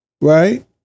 right